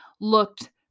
looked